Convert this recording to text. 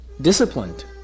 disciplined